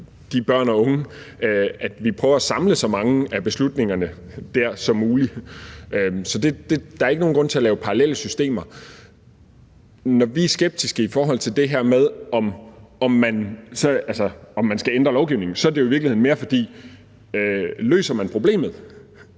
det er udmærket, at vi prøver at samle så mange af beslutningerne i de instanser, de værn, der er omkring børn og unge. Så der er ikke nogen grund til at lave parallelle systemer. Når vi er skeptiske i forhold til det her med, om man skal ændre lovgivningen, er det i virkeligheden mere, fordi: Løser man problemet